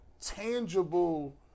tangible